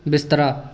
ਬਿਸਤਰਾ